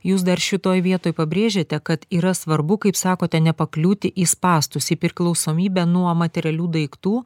jūs dar šitoj vietoj pabrėžiate kad yra svarbu kaip sakote nepakliūti į spąstus į priklausomybę nuo materialių daiktų